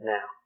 Now